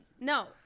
No